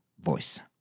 voice